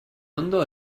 ondo